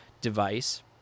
device